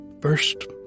First